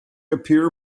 appear